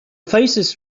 faces